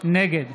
נגד